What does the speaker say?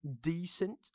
decent